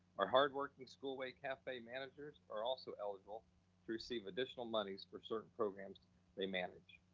our hardworking school way cafe managers are also eligible to receive additional monies for certain programs they manage.